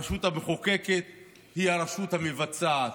הרשות המחוקקת היא הרשות המבצעת.